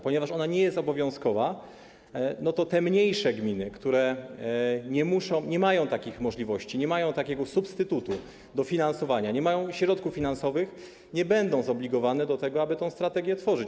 Ponieważ ona nie jest obowiązkowa, to te mniejsze gminy, które nie mają takich możliwości, nie mają takiego substytutu dofinansowania, nie mają środków finansowych, nie będą zobligowane do tego, aby tę strategię tworzyć.